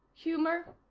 humor?